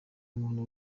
umuntu